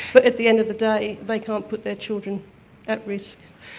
but at the end of the day they can't put their children at risk.